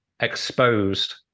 exposed